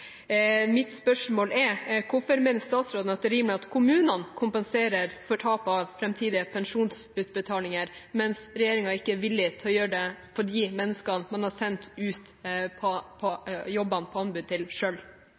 Mitt spørsmål er: Hvorfor mener statsråden det er rimelig at kommunene kompenserer for tap av framtidige pensjonsutbetalinger, mens regjeringen ikke er villig til å gjøre det for de menneskene man selv har sendt ut jobbene til, på anbud?